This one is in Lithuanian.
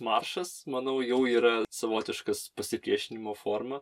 maršas manau jau yra savotiškas pasipriešinimo forma